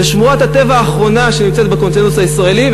זו שמורת הטבע האחרונה שנמצאת בקונצנזוס הישראלי,